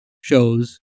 shows